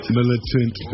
Militant